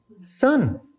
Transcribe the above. Son